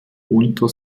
unter